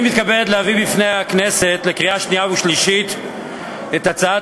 אני מתכבד להביא בפני הכנסת לקריאה שנייה ושלישית את הצעת